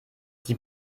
die